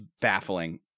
baffling